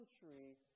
country